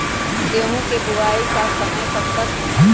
गेंहू की बुवाई का समय कब तक है?